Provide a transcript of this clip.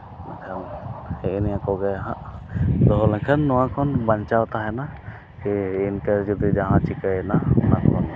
ᱱᱤᱭᱟᱹ ᱠᱚᱜᱮ ᱱᱟᱦᱟᱜ ᱫᱚᱦᱚ ᱞᱮᱠᱷᱟᱱ ᱱᱚᱣᱟ ᱠᱷᱚᱱ ᱵᱟᱧᱪᱟᱣ ᱛᱟᱦᱮᱱᱟ ᱥᱮ ᱤᱱᱠᱮᱥ ᱡᱩᱫᱤ ᱡᱟᱦᱟᱸ ᱪᱤᱠᱟᱹᱭᱮᱱᱟ ᱚᱱᱟ